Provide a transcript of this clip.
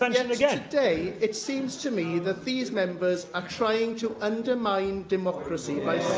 and yeah and yet, today, it seems to me that these members are trying to undermine democracy by